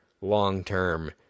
long-term